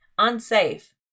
unsafe